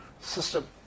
System